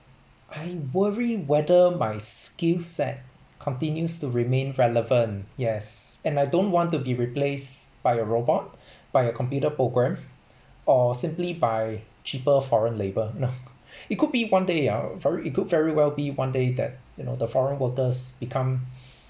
I worry whether my skill set continues to remain relevant yes and I don't want to be replaced by a robot by a computer program or simply by cheaper foreign labour no it could be one day ah very it could very well be one day that you know the foreign workers become